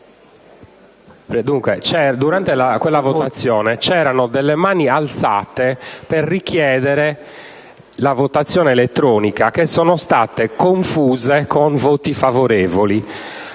durante quella votazione c'erano mani alzate per richiedere la votazione elettronica che sono state confuse con voti favorevoli.